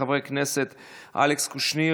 חבר הכנסת קושניר,